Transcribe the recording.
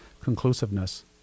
conclusiveness